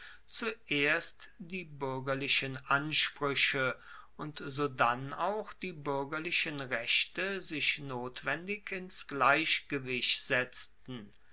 zuerst die buergerlichen ansprueche und sodann auch die buergerlichen rechte sich notwendig ins gleichgewicht setzten